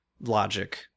logic